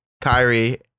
Kyrie